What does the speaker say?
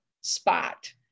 spot